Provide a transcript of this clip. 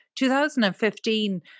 2015